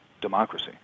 democracy